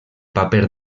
paper